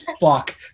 fuck